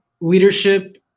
leadership